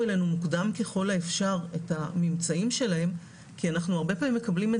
אלינו מוקדם ככל האפשר את הממצאים שלהם כי אנחנו הרבה פעמים מקבלים את